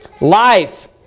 life